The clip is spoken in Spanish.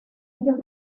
ellos